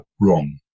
wrong